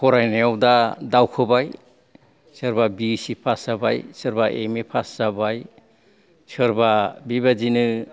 फरायनायाव दा दावखोबाय सोरबा बि एस चि पास जाबाय सोरबा एम ए पास जाबाय सोरबा बेबादिनो